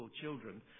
children